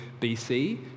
BC